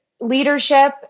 leadership